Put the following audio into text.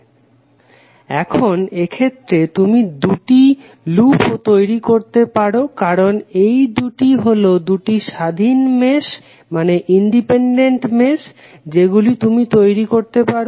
Refer Slide Time 0347 এখন এক্ষেত্রে তুমি দুটি লুপও তৈরি করতে পারো কারণ এই দুটি হলো দুটি স্বাধীন মেশ যেগুলো তুমি তৈরি করতে পারো